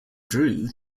drew